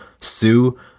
Sue